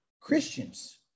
Christians